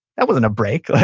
that wasn't a break.